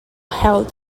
held